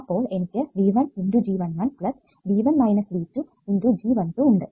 അപ്പോൾ എനിക്ക് V1 G11 V1 V2 × G12 ഉണ്ട്